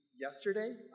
yesterday